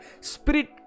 Spirit